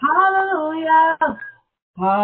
Hallelujah